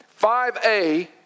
5A